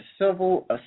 civil